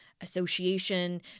association